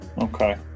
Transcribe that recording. Okay